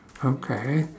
okay